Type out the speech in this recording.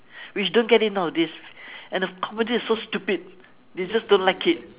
which don't get it nowadays and the comedy is so stupid you just don't like it